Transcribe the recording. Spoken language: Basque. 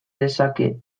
dezake